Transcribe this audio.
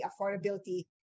affordability